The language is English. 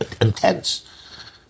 intense